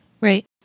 Right